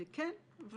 כן.